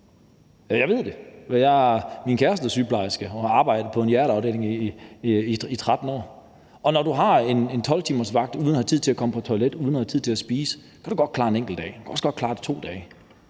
jeg ved det. Min kæreste er sygeplejerske, hun har arbejdet på en hjerteafdeling i 13 år, og når du har en 12-timersvagt uden at have tid til at komme på toilettet, uden at have tid til at spise, så kan du godt klare det en enkelt dag, og du kan også klare det to dage,